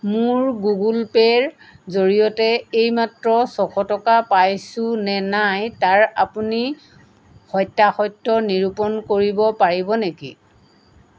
মোৰ গুগল পে'ৰ জৰিয়তে এইমাত্ৰ ছশ টকা পাইছো নে নাই তাৰ আপুনি সত্যাসত্য নিৰূপণ কৰিব পাৰিব নেকি